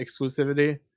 exclusivity